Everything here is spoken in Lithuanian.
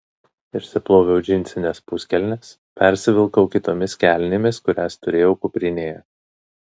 išsiploviau džinsines puskelnes persivilkau kitomis kelnėmis kurias turėjau kuprinėje